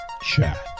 Chat